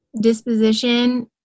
disposition